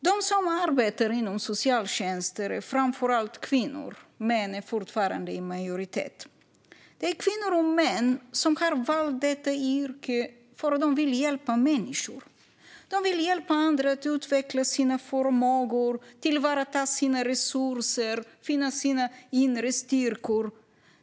De som arbetar inom socialtjänsten är framför allt kvinnor; män är fortfarande i minoritet. Det är kvinnor och män som har valt detta yrke för att de vill hjälpa människor. De vill hjälpa andra att utveckla sina förmågor, tillvarata sina resurser och finna sina inre styrkor.